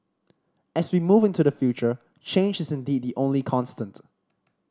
as we move into the future change is indeed the only constant